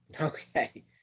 Okay